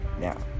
now